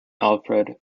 alfred